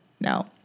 No